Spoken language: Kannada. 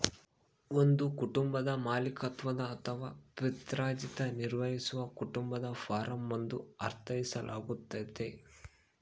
ಒಂದು ಕುಟುಂಬದ ಮಾಲೀಕತ್ವದ ಅಥವಾ ಪಿತ್ರಾರ್ಜಿತ ನಿರ್ವಹಿಸುವ ಕುಟುಂಬದ ಫಾರ್ಮ ಎಂದು ಅರ್ಥೈಸಲಾಗ್ತತೆ